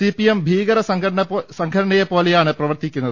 C P M ഭീകര സംഘടനയെ പ്പോലെയാണ് പ്രവർത്തിക്കുന്നത്